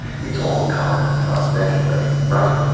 it's all common funds anyway, right?